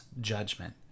judgment